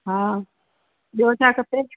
हा ॿियो छा खपे